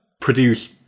produce